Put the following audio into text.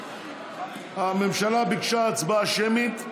הממשלה ביקשה הצבעה שמית.